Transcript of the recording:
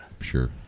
Sure